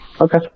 Okay